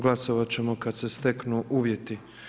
Glasovati ćemo kada se steknu uvjeti.